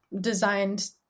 designed